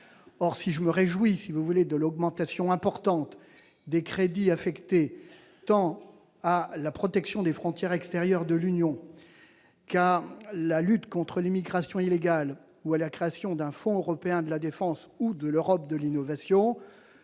Si je me réjouis de l'augmentation importante des crédits affectés tant à la protection des frontières extérieures de l'Union qu'à la lutte contre l'immigration illégale ou à la création d'un Fonds européen de la défense ou de l'Europe de l'innovation,